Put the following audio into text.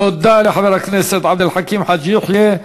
תודה לחבר הכנסת עבד אל חכים חאג' יחיא.